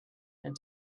and